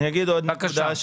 אני אגיד עוד נקודה.